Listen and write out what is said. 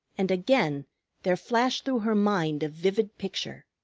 and again there flashed through her mind a vivid picture.